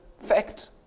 fact